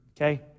okay